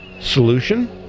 solution